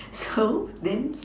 so then